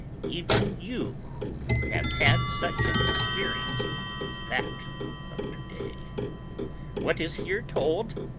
even you who have had such an experience as that of to-day. what is here told,